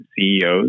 CEOs